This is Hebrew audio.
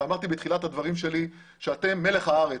אמרתי בתחילת הדברים שלי שאתם מלח הארץ,